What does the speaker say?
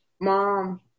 Mom